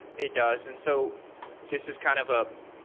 it does. and so this is kind of a,